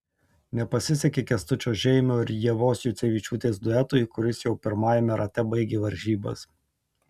nepasisekė kęstučio žeimio ir ievos jucevičiūtės duetui kuris jau pirmajame rate baigė varžybas